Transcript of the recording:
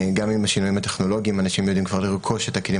גם עם השינויים הטכנולוגיים אנשים יודעים כבר לרכוש את הכלים